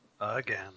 Again